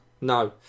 No